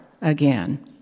again